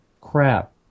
crap